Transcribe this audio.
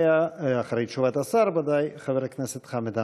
אחרי תשובת השר, חבר הכנסת חמד עמאר.